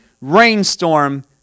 rainstorm